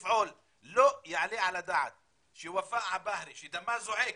תודה, חברת הכנסת אימאן ח'טיב.